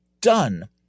done